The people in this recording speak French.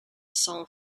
san